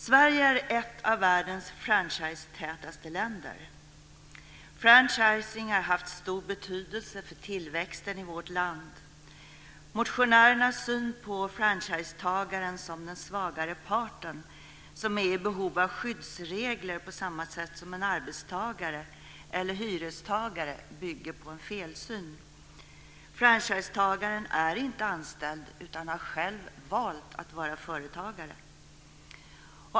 Sverige är ett av världens franchisetätaste länder. Franchising har haft stor betydelse för tillväxten i vårt land. Motionärernas syn på franchisetagaren som den svagare parten som är i behov av skyddsregler på samma sätt som en arbetstagare eller hyrestagare bygger på en felsyn. Franchisetagaren är inte anställd utan har själv valt att vara företagare.